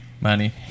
Money